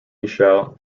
michel